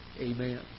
Amen